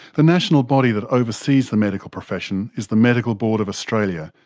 the national body that oversees the medical profession is the medical board of australia,